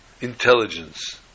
intelligence